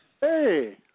Hey